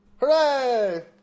Hooray